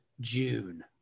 June